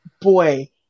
boy